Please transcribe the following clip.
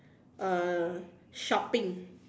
uh shopping